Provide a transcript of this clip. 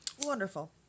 Wonderful